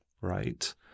right